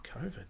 COVID